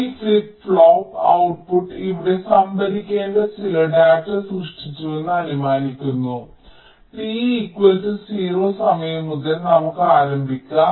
ഈ flip flop output ഇവിടെ സംഭരിക്കേണ്ട ചില ഡാറ്റ സൃഷ്ടിച്ചുവെന്ന് അനുമാനിക്കുന്ന t 0 സമയം മുതൽ നമുക്ക് ആരംഭിക്കാം